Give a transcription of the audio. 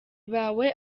bawe